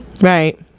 right